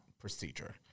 procedure